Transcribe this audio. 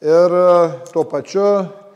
ir tuo pačiu